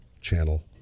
channel